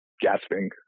gasping